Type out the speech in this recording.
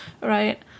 Right